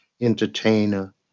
entertainer